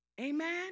Amen